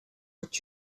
what